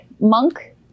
Monk